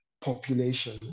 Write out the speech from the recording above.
population